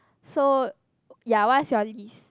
so ya what's your list